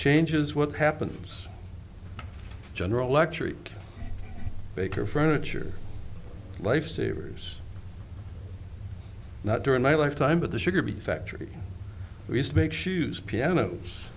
changes what happens general electric baker furniture lifesavers not during my lifetime but the sugar beet factory we used to make